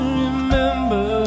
remember